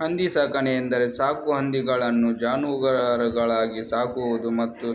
ಹಂದಿ ಸಾಕಾಣಿಕೆ ಎಂದರೆ ಸಾಕು ಹಂದಿಗಳನ್ನು ಜಾನುವಾರುಗಳಾಗಿ ಸಾಕುವುದು ಮತ್ತು